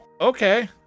okay